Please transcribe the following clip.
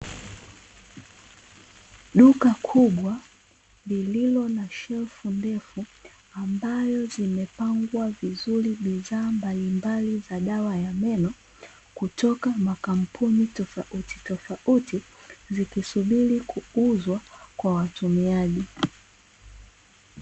Duka kubwa lililo na shelfu ndefu ambayo zimepangwa vizuri bidhaa mbalimbali za dawa ya meno kutoka makampuni tofauti tofauti zikisubiri kuuzwa kwa watumiaji.